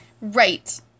Right